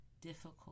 difficult